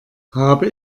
habe